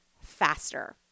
faster